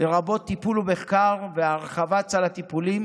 לרבות טיפול ומחקר והרחבת סל הטיפולים